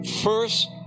first